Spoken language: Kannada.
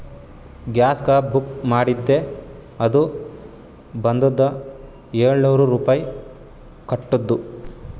ಗ್ಯಾಸ್ಗ ಬುಕ್ ಮಾಡಿದ್ದೆ ಅದು ಬಂದುದ ಏಳ್ನೂರ್ ರುಪಾಯಿ ಕಟ್ಟುದ್